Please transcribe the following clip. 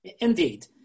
Indeed